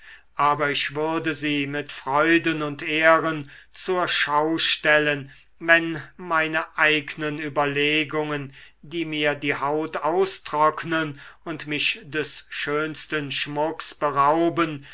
aber ich würde sie mit freuden und ehren zur schau stellen wenn meine eignen überlegungen die mir die haut austrocknen und mich des schönsten schmucks berauben